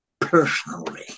Personally